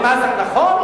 נכון,